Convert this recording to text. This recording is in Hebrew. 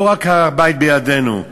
לא רק "הר-הבית בידינו",